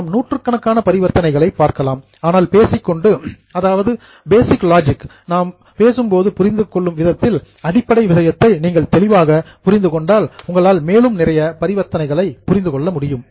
நாம் நூற்றுக்கணக்கான பரிவர்த்தனைகளை பார்க்கலாம் ஆனால் பேசிக் லாஜிக் அடிப்படை விஷயத்தை நீங்கள் தெளிவாக புரிந்து கொண்டால் உங்களால் மேலும் நிறைய பரிவர்த்தனைகளை புரிந்து கொள்ள முடியும்